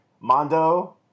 mondo